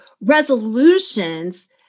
resolutions